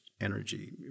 energy